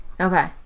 Okay